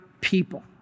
people